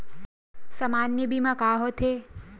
सामान्य बीमा का होथे?